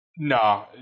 No